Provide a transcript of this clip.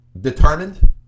Determined